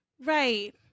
Right